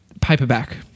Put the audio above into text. paperback